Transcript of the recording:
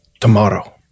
tomorrow